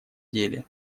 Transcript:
деле